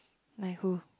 like who